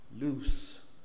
loose